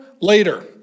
later